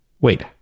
wait